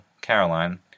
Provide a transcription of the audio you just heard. Caroline